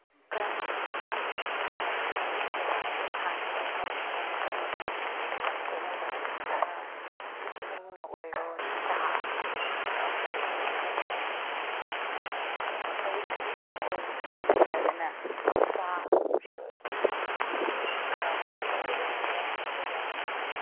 ꯀꯔꯝꯅ ꯐꯍꯟꯒꯅꯤ ꯑꯣꯔ ꯀꯔꯝꯅ ꯑꯋꯥꯕꯗꯨ ꯈꯥꯡꯒꯅꯤ ꯍꯥꯏꯕ ꯃꯇꯝꯗꯗꯤ ꯀꯩꯅꯣ ꯇꯧꯒꯅꯤ ꯏꯁꯤꯡꯅ ꯑꯣꯏꯔꯣ ꯆꯥ ꯏꯁꯤꯡ ꯕꯣꯇꯜ ꯑꯃꯈꯛ ꯑꯣꯏꯔꯁꯨ ꯏꯁꯤꯡ ꯃꯔꯤꯛ ꯈꯖꯤꯛꯇꯪ ꯑꯣꯏꯔꯁꯨ ꯅꯠꯇ꯭ꯔꯒꯅ ꯆꯥ ꯑꯣꯏꯁꯨ ꯑꯗꯨꯝ ꯑꯗꯨꯝ ꯃꯦꯅꯦꯖ ꯇꯧꯕ ꯌꯥꯏꯌꯦ ꯑꯗꯨꯒ